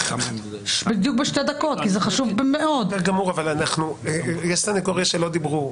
בסדר גמור אבל יש סניגוריה שלא דיברו.